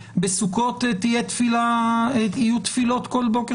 בסוכות יהיו תפילות גדולות מאוד כל בוקר.